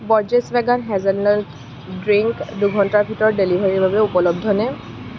Borges vegan hazelnut drink দুঘণ্টাৰ ভিতৰত ডেলিভাৰীৰ বাবে উপলব্ধনে